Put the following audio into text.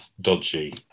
dodgy